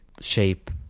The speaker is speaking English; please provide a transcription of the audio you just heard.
shape